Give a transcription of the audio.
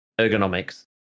ergonomics